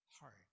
heart